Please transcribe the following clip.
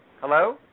Hello